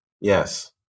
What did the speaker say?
Yes